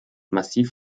massiv